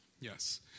Yes